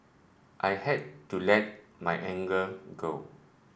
I had to let my anger go